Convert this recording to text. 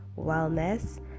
wellness